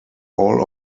all